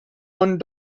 one